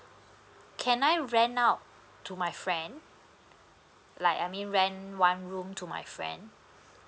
can I rent out to my friend like I mean rent one room to my friend